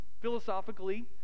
Philosophically